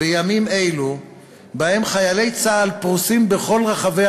בימים אלו שבהם חיילי צה"ל פרוסים בכל רחבי